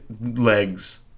legs